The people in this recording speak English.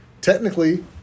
technically